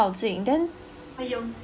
那么拥挤啊